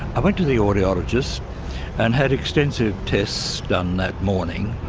i went to the audiologist and had extensive tests done that morning.